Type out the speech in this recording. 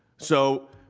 so,